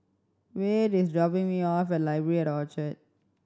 Wade is dropping me off at Library at Orchard